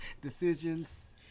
decisions